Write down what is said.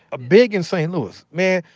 ah big in st. louis. man,